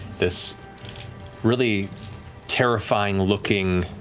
this really terrifying-looking,